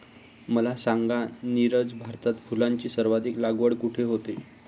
मला सांगा नीरज, भारतात फुलांची सर्वाधिक लागवड कुठे होते?